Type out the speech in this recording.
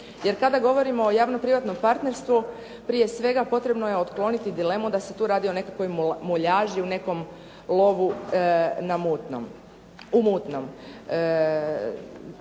Jer kada govorimo o javno privatnom partnerstvu prije svega potrebno je otkloniti dilemu da se tu radi o nekakvoj muljaži u nekom lovu u mutnom.